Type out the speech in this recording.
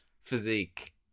physique